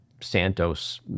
Santos